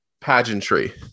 pageantry